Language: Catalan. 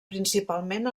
principalment